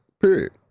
period